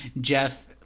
Jeff